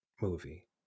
movie